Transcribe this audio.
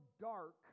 dark